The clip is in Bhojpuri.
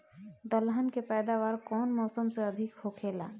दलहन के पैदावार कउन मौसम में अधिक होखेला?